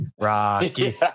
Rocky